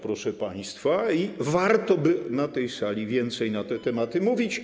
Proszę państwa, warto na tej sali więcej na te tematy mówić.